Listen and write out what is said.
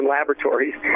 Laboratories